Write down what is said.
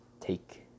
take